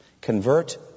Convert